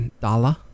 dollar